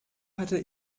hatte